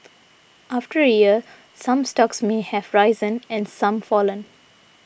after a year some stocks may have risen and some fallen